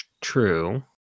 True